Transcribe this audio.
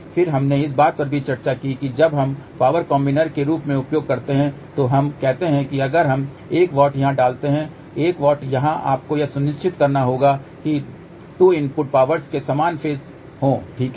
फिर हमने इस बात पर भी चर्चा की कि जब हम पावर कॉम्बिनर के रूप में उपयोग करते हैं तो हम कहते हैं कि अगर हम 1 W यहां डालते हैं तो 1 W यहां आपको यह सुनिश्चित करना होगा कि 2 इनपुट पावर्स के समान फ़ेज हो ठीक है